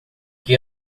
que